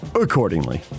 accordingly